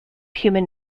human